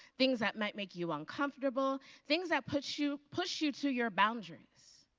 things that might make you uncomfortable, things that push you push you to your boundaries.